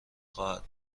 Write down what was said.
خواهم